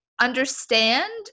understand